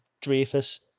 Dreyfus